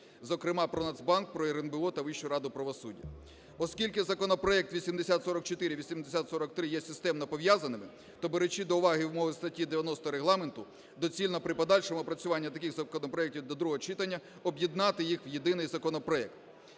зокрема про Нацбанк, про РНБО та про Вищу раду правосуддя. Оскільки законопроекти 8044, 8043 є системно пов'язаними, то, беручи до уваги вимоги статті 90 Регламенту, доцільно при подальшому опрацюванні таких законопроект до другого читання об'єднати їх в єдиний законопроект.